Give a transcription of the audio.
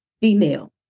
female